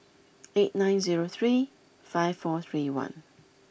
eight nine zero three five four three one